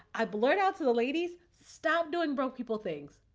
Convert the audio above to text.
i blurt out to the ladies, stop doing broke people things.